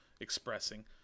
expressing